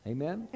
Amen